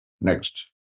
Next